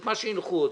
את מה שהנחו אותה,